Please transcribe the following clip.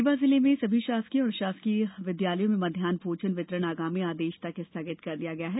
रीवा जिले में सभी शासकीय एवं अशासकीय विद्यालयों में मध्यान्ह भोजन वितरण आगामी आदेश तक स्थगित कर दिया गया है